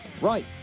Right